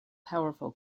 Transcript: powerful